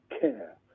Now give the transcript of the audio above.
care